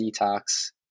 detox